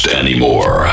anymore